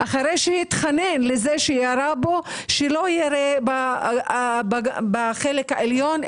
אחרי שהתחנן בפני זה שירה בו שלא יירה בחלק העליון,